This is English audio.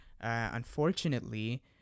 unfortunately